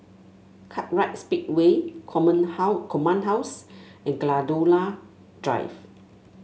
Kartright Speedway Common How Command House and Gladiola Drive